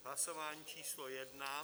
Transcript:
Hlasování číslo 1.